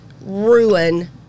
ruin